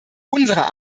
unserer